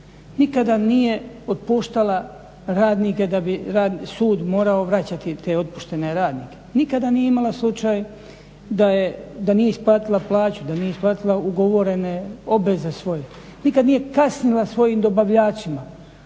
nikada nije otpuštala radnike da bi radni sud morao vraćati te otpuštene radnike, nikada nije imala slučaj da nije isplatila plaču, da nije isplatila ugovorene obveze svoje, nikada nije kasnila svojim dobavljačima